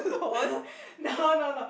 no no no